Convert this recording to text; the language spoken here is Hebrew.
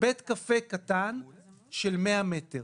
בית קפה קטן בשטח של 100 מטרים?